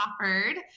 offered